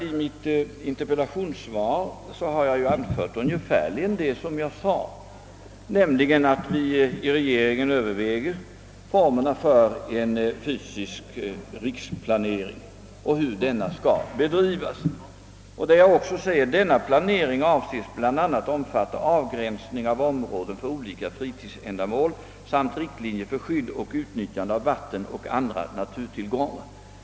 I mitt interpellationssvar har jag emellertid anfört ungefär det som jag sade i inlägget, nämligen att vi i regeringen överväger formerna för en fysisk riksplanering och hur denna skall bedrivas. I mitt svar sade jag också att denna planering avses bl.a. omfatta avgränsning av områden för olika fritidsändamål samt riktlinjer för skydd och utnyttjande av vatten och andra naturtillgångar.